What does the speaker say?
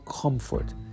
comfort